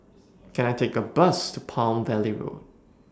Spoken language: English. Can I Take A Bus to Palm Valley Road